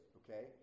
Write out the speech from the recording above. okay